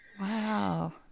wow